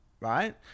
right